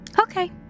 Okay